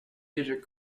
digit